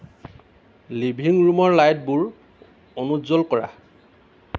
living ৰুমৰ লাইটবোৰ অনুজ্জ্বল কৰা